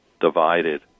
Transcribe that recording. divided